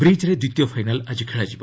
ବ୍ରିକ୍ରେ ଦ୍ୱିତୀୟ ଫାଇନାଲ୍ ଆଜି ଖେଳାଯିବ